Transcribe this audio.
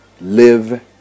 Live